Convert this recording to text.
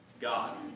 God